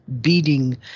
beating